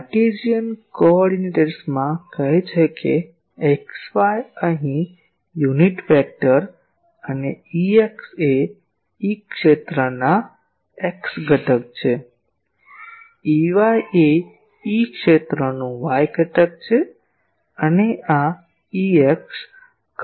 Cartesian કોઓર્ડિનેટ્સમાં x y અહીં એકમ સદિશ અને Ex એ E ક્ષેત્રના x ઘટકનું મુલ્ય છે Ey એ E ક્ષેત્રના y ઘટકનું મુલ્ય છે